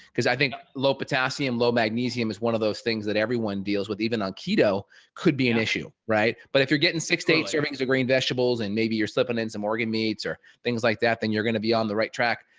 because i think low potassium low magnesium is one of those things that everyone deals with even on keto could be an issue, right? but if you're getting sixty eight servings of green vegetables, and maybe you're slipping in some organ meats or things like that, then you're going to be on the right track.